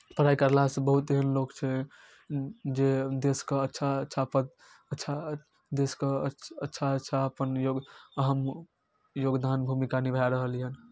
पढ़ाइ कयलासँ बहुत एहन लोक छै जे देशके अच्छा अच्छा पद अच्छा देशके अच्छा अच्छा योग्य अपन अहम योगदाम भूमिका निभाए रहल यए